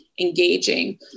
engaging